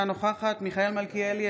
אינה נוכחת מיכאל מלכיאלי,